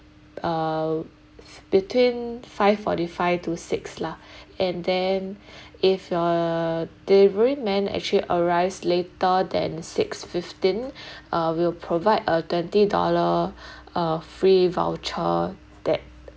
uh between five forty five to six lah and then if uh delivery man actually arrives later than six fifteen uh we will provide a twenty dollar uh free voucher that